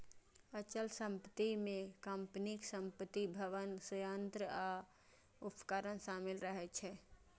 अचल संपत्ति मे कंपनीक संपत्ति, भवन, संयंत्र आ उपकरण शामिल रहै छै